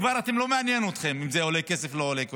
כבר לא מעניין אתכם אם זה עולה כסף או לא עולה כסף.